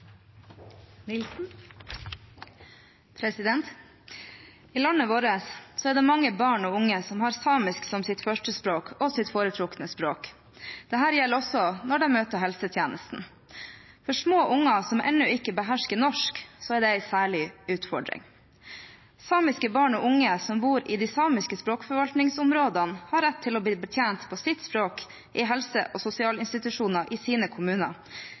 det mange barn og unge som har samisk som sitt første og foretrukne språk. Dette gjelder også når de møter helsetjenesten. For små barn som ennå ikke behersker norsk, er dette en særlig utfordring. Samiske barn og unge som bor i de samiske språkforvaltningsområdene, har rett til å bli betjent på sitt språk i helse- og sosialinstitusjoner i sine kommuner,